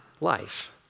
life